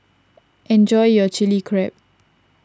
enjoy your Chili Crab